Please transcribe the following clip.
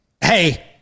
hey